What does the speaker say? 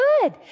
good